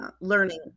learning